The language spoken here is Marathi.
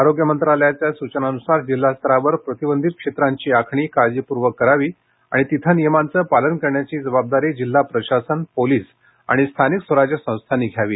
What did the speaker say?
आरोग्य मंत्रालयाच्या सूचनांनुसार जिल्हा स्तरावर प्रतिबंधित क्षेत्रांची आखणी काळजीपूर्वक करावी आणि तिथं नियमांचं पालन करण्याची जबाबदारी जिल्हा प्रशासन पोलीस आणि स्थानिक स्वराज्य संस्थांनी घ्यावी